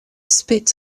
spit